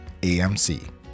AMC